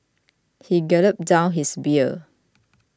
he gulped down his beer